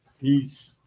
Peace